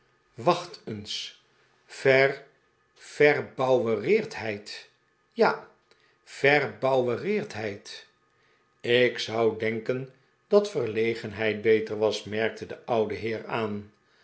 wacht eens ver verbouwereerdheid ja verbouwereerdheid ik zou denken dat verlegenheid beter was merkte de oude heer aan